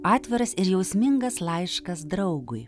atviras ir jausmingas laiškas draugui